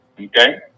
okay